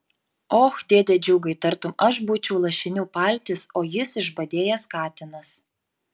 och dėde džiugai tartum aš būčiau lašinių paltis o jis išbadėjęs katinas